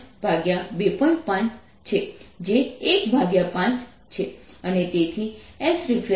5 છે જે 15 છે